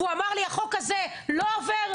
והוא אמר לי שהחוק הזה לא עובר?